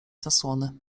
zasłony